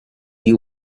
you